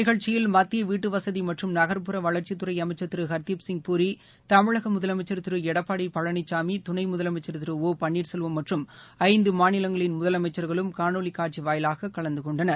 நிகழ்ச்சியில் மத்திய வீட்டுவசதி மற்றும் நகர்புற வளர்ச்சித்துறை அமைச்சர் இந்த திரு தமிழக முதலமைச்சர் திரு எடப்பாடி பழனிசாமி துணை முதலமைச்சர் திரு ஒ ஹர்தீப்சிங்பூரி பன்னீர்செல்வம் மற்றும் ஐந்து மாநிலங்களின் முதலமைச்சா்களும் காணொலி காட்சி வாயிவாக கலந்து கொண்டனர்